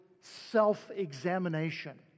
self-examination